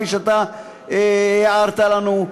כפי שאתה הערת לנו,